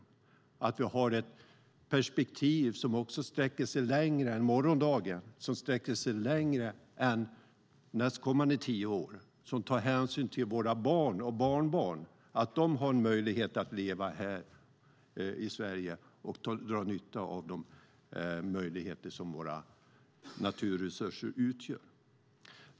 Det handlar också om att ha ett perspektiv som sträcker sig längre än till morgondagen eller nästkommande tio år och tar hänsyn till våra barn och barnbarn så att de kan leva här i Sverige och dra nytta av de möjligheter som våra naturresurser utgör.